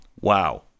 wow